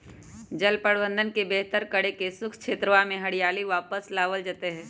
जल प्रबंधन के बेहतर करके शुष्क क्षेत्रवा में हरियाली वापस लावल जयते हई